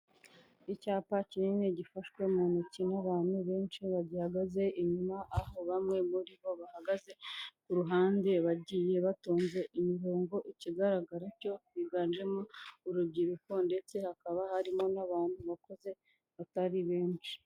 Icyapa kinini gifashwe mu ntoki n'abantu benshi bagihagaze inyuma, aho bamwe muri bo bahagaze ku ruhande bagiye batonze imirongo, ikigaragara cyo biganjemo urubyiruko ndetse hakaba harimo n'abantu bakuze batari benshi.